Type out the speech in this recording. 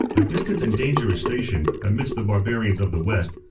a distant and dangerous station, amidst the barbarians of the west,